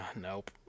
Nope